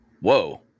Whoa